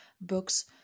books